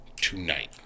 tonight